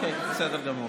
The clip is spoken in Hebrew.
בסדר גמור.